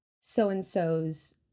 so-and-so's